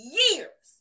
years